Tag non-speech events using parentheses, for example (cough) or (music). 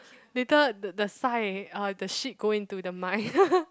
later the the sai uh the shit go into the mic (laughs)